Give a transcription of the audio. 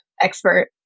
expert